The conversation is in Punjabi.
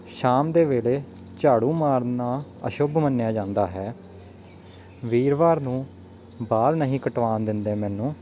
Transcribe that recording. ਸ਼ਾਮ ਦੇ ਵੇਲੇ ਝਾੜੂ ਮਾਰਨਾ ਅਸ਼ੁੱਭ ਮੰਨਿਆ ਜਾਂਦਾ ਹੈ ਵੀਰਵਾਰ ਨੂੰ ਵਾਲ ਨਹੀਂ ਕਟਵਾਉਣ ਦਿੰਦੇ ਮੈਨੂੰ